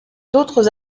d’autres